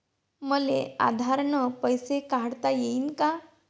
मले आधार न पैसे काढता येईन का?